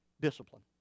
Discipline